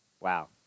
wow